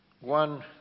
one